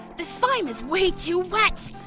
the slime is way too wet.